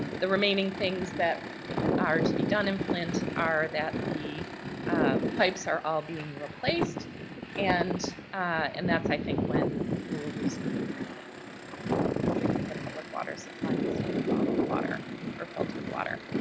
um the remaining things that are to be done in flint are that the pipes are all being replaced and and that's, i think, when people will resume drinking drinking the public water supply instead of bottled water or filtered water.